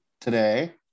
today